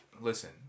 Listen